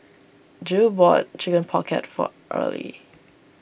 Gil bought Chicken Pocket for Erle